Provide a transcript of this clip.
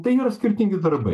tai yra skirtingi darbai